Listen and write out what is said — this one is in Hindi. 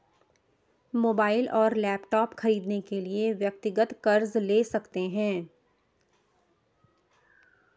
मोबाइल और लैपटॉप खरीदने के लिए व्यक्तिगत कर्ज ले सकते है